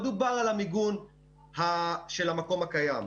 לא דובר על המיגון של המקום הקיים.